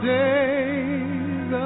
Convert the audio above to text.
days